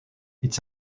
its